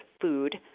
food